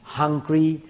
hungry